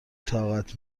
طاقت